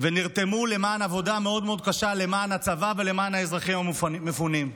ונרתמו למען עבודה מאוד מאוד קשה למען הצבא ולמען האזרחים המפונים.